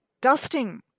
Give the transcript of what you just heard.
Dusting